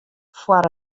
foar